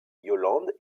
yolande